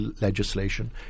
legislation